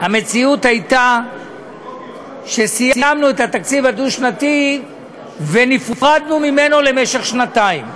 המציאות הייתה שסיימנו את התקציב הדו-שנתי ונפרדנו ממנו למשך שנתיים.